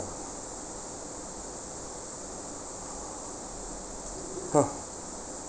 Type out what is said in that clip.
ha